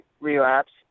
relapse